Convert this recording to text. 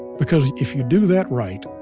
because if you do that right,